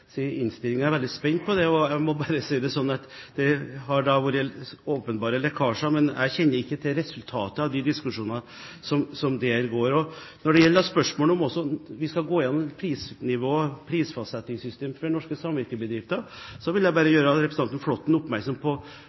er veldig spent på den. Det har vært åpenbare lekkasjer, men jeg kjenner ikke til resultatet av de diskusjonene som går der. Når det gjelder spørsmålet om vi skal gå gjennom prisnivået, prisfastsettingssystemet, for norske samvirkebedrifter, vil jeg bare gjøre representanten Flåtten oppmerksom på